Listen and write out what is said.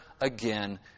again